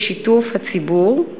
בשיתוף הציבור.